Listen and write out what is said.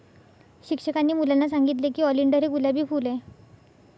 शिक्षकांनी मुलांना सांगितले की ऑलिंडर हे गुलाबी फूल आहे